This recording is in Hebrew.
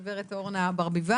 גב' אורנה ברביבאי.